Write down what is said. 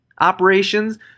operations